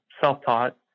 self-taught